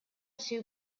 two